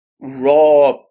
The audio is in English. raw